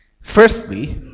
Firstly